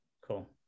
cool